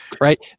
right